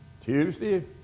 Tuesday